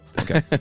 Okay